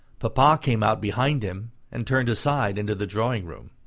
papa came out behind him and turned aside into the drawing-room.